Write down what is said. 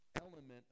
element